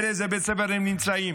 ובאיזה בית ספר הם נמצאים,